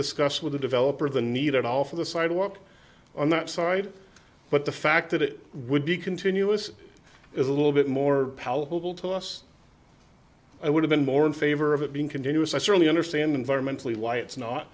discussed with the developer the need at all for the sidewalk on that side but the fact that it would be continuous is a little bit more palatable to us i would have been more in favor of it being continuous i certainly understand environmentally why it's not